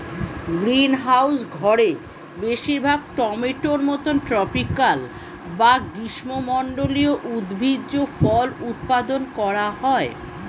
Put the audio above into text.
greenhouse ঘরে বেশিরভাগ টমেটোর মতো ট্রপিকাল বা গ্রীষ্মমন্ডলীয় উদ্ভিজ্জ ফল উৎপাদন করা হয়